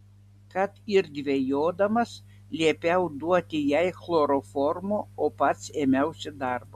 kad ir dvejodamas liepiau duoti jai chloroformo o pats ėmiausi darbo